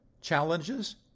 challenges